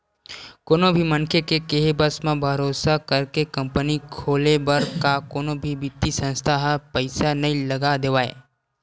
कोनो भी मनखे के केहे बस म, भरोसा करके कंपनी खोले बर का कोनो भी बित्तीय संस्था ह पइसा नइ लगा देवय